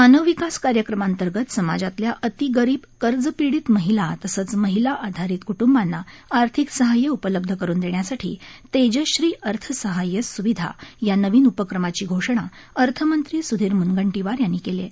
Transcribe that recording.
मानव विकास कार्यक्रमांतर्गत समाजातल्या अतिगरीब कर्ज पीडित महिला तसंच महिला आधारित कुटुंबांना आर्थिक सहाय्य उपलब्ध करून देण्यासाठी तेजश्री अर्थसहाय्य सुविधा या नवीन उपक्रमाची घोषणा अर्थमंत्री सुधीर मुनगंटीवार यांनी केली आहे